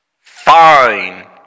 fine